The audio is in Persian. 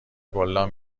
گلدان